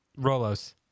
Rolos